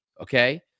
Okay